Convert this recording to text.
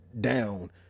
down